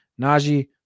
Najee